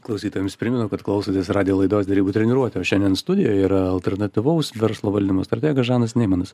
klausytojams primenu kad klausotės radijo laidos derybų treniruotė o šiandien studijoj yra alternatyvaus verslo valdymo strategas žanas neimanas